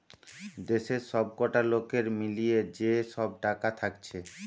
দেশের সবকটা লোকের মিলিয়ে যে সব টাকা থাকছে